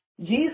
Jesus